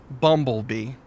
bumblebee